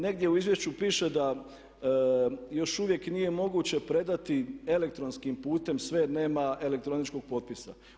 Negdje u izvješću piše da još uvijek nije moguće predati elektronskim putem jer nema elektroničkog potpisa.